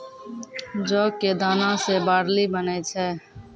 जौ कॅ दाना सॅ बार्ली बनै छै